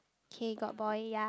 okay got boy ya